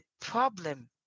problem